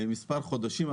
מספר חודשים.